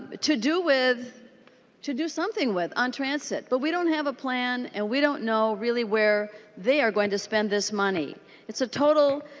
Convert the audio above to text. to do with to do something with on transit but we don't have a plan and we don't know really where we are going to spend thismoney. it's a total